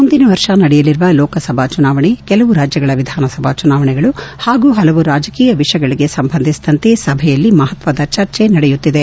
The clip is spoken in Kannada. ಮುಂದಿನ ವರ್ಷ ನಡೆಯಲರುವ ಲೋಕಸಭಾ ಚುನಾವಣೆ ಕೆಲವು ರಾಜ್ಯಗಳ ವಿಧಾನಸಭಾ ಚುನಾವಣೆಗಳು ಹಾಗೂ ಹಲವು ರಾಜಕೀಯ ವಿಷಯಗಳಿಗೆ ಸಂಬಂಧಿಸಿದಂತೆ ಸಭೆಯಲ್ಲಿ ಮಹತ್ತದ ಚರ್ಚೆ ನಡೆಯುತ್ತಿದೆ